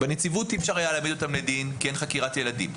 בנציבות אי אפשר היה להעמיד אותם לדין כי אין חקירת ילדים.